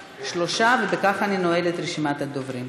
שלושה, ובכך אני נועלת את רשימת הדוברים.